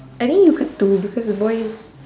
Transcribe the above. I mean you could too because the boys